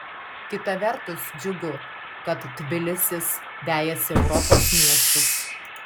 kita vertus džiugu kad tbilisis vejasi europos miestus